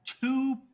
Two